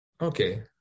okay